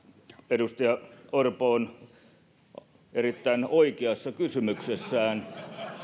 edustaja orpo on erittäin oikeassa kysymyksessään